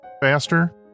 faster